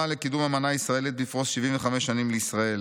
לקידום אמנה ישראלית בפרוס 75 שנים לישראל.